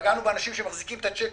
פגענו באנשים שמחזיקים את הצ'קים,